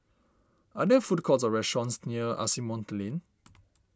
are there food courts or restaurants near Asimont Lane